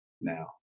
now